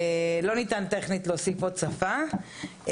טכנית, לא ניתן להוסיף עוד שפה.